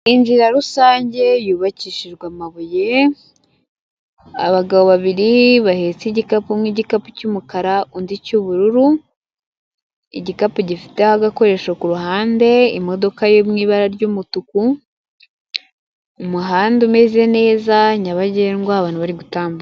Inzira rusange yubakishijwe amabuye, abagabo babiri bahetse igikapu, umwe igikapu cy'umukara undi icy'ubururu, igikapu gifiteho agakoresho kuruhande, imodoka yo mu ibara ry'umutuku, umuhanda umeze neza nyabagendwa abantu bari gutambuka.